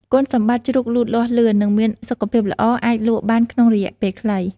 គុណសម្បត្តិ ជ្រូកលូតលាស់លឿន និងមានសុខភាពល្អអាចលក់បានក្នុងរយៈពេលខ្លី។